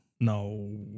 No